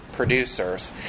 Producers